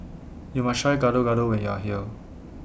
YOU must Try Gado Gado when YOU Are here